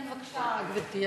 כן, בבקשה, גברתי.